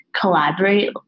collaborate